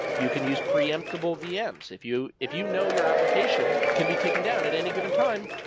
you can use preemptive ah vm's. if you if you know your application can be taken down at any given time,